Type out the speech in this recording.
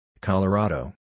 Colorado